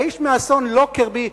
האיש מאסון לוקרבי.